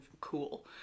cool